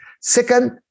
Second